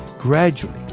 gradually,